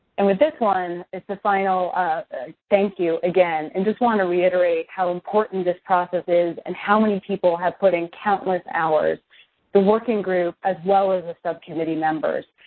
and with this one, it's the final thank you again, and just wanted to reiterate how important this process is and how many people have put in countless hours the working group as well as the subcommittee members.